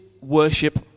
worship